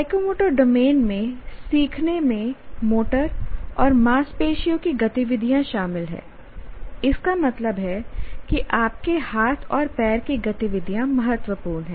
psychomotor domain में सीखने में मोटर और मांसपेशियों की गतिविधियाँ शामिल हैं इसका मतलब है कि आपके हाथ और पैर की गतिविधियाँ महत्वपूर्ण हैं